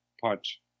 Punch